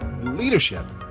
Leadership